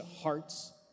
hearts